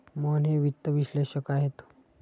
मोहन हे वित्त विश्लेषक आहेत